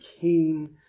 keen